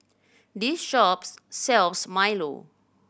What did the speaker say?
this shop sells milo